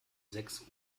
sechs